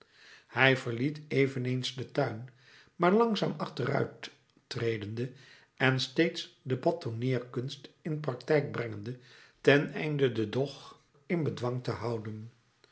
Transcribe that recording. hij verliet eveneens den tuin maar langzaam achteruit tredende en steeds de batonneerkunst in praktijk brengende ten einde den dog in bedwang te houden